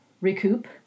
recoup